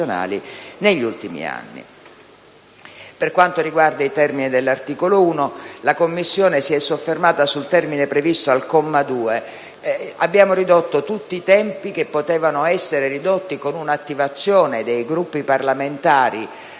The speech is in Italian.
Per quanto riguarda i termini di cui all'articolo 1, la Commissione si è soffermata, in primo luogo, sul termine previsto al comma 2. Abbiamo ridotto tutti i tempi che potevano essere ridotti con un'attivazione dei Gruppi parlamentari